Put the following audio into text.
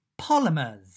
polymers